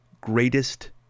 greatest